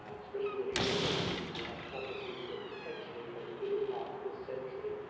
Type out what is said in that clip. especially when you look at the prophecies that, potentially, by the middle part of this century,